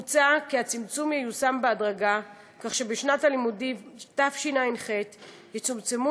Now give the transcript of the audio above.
מוצע כי הצמצום ייושם בהדרגה כך שבשנת הלימודים התשע"ח יצומצמו